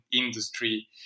industry